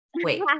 Wait